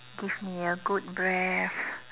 give me a good breath